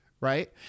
right